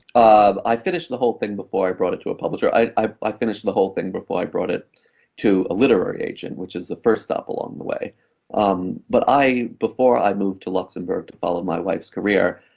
um i finished the whole thing before i brought it to a publisher. i like finished the whole thing before i brought it to a literary agent which is the first stop along the way um but before i moved to luxembourg to follow my wife's career,